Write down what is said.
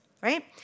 right